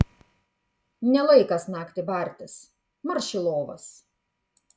ne laikas naktį bartis marš į lovas